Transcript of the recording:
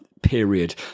period